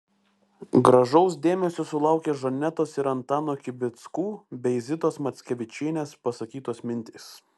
gražaus dėmesio sulaukė žanetos ir antano kibickų bei zitos mackevičienės pasakytos mintys